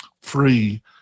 free